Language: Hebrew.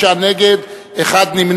בעד, 7, 55 נגד, אחד נמנע.